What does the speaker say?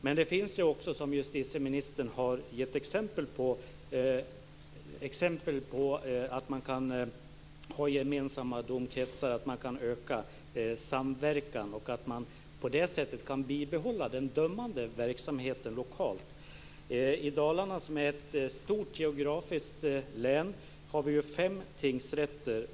Men det finns också exempel på, som justitieministern har pekat på, att man kan ha gemensamma domkretsar, att man kan öka samverkan, och att man på det sättet kan bibehålla den dömande verksamheten lokalt. I Dalarna, som är ett stort geografiskt län, har vi fem tingsrätter.